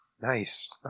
Nice